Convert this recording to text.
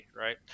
right